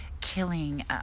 killing